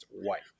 white